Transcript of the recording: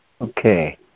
Okay